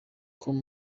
com